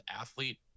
athlete